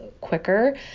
quicker